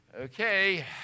Okay